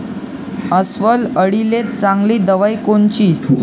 अस्वल अळीले चांगली दवाई कोनची?